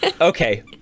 okay